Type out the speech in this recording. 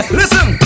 listen